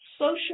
Social